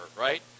right